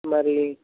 మరీ